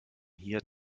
hier